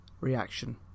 reaction